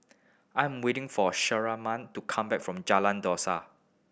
I am waiting for Shirleyann to come back from Jalan Dusan